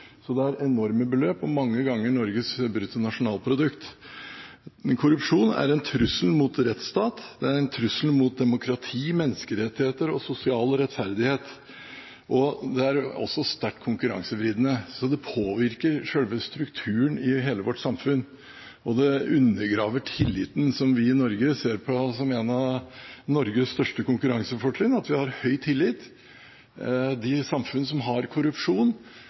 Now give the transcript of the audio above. enorme beløp og mange ganger Norges BNP. Korrupsjon er en trussel mot rettsstaten og mot demokrati, menneskerettigheter og sosial rettferdighet. Det er også sterkt konkurransevridende og påvirker selve strukturen i hele vårt samfunn. Det undergraver tilliten. At vi har høy tillit, ser vi på i Norge som et av Norges største konkurransefortrinn.